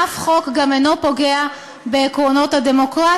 ואף חוק גם אינו פוגע בעקרונות הדמוקרטיה,